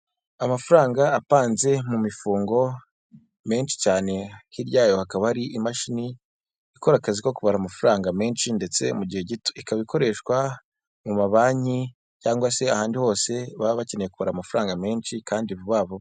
Amafaranga apanze mu mifungo menshi cyane, hirya yayo hakaba hari imashini ikora akazi ko kubara amafaranga menshi ndetse mu gihe gito. Ikaba ikoreshwa mu mabanki cyangwa se ahandi hose baba bakeneye kubara amafaranga menshi kandi vuba vuba.